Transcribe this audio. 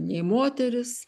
nei moterys